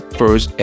first